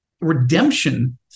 Redemption